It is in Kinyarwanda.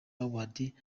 awards